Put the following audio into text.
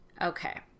Okay